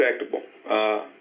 respectable